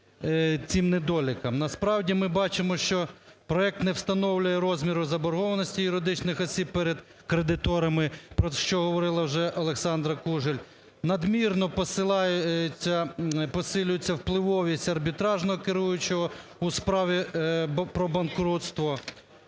Насправді ми бачимо, що проект не встановлює розміру заборгованості юридичних осіб перед кредиторами, про що говорила вже Олександра Кужель. Надмірно посилюється впливовість арбітражного керуючого у справі про банкрутство.